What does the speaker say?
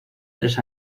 tres